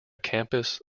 campus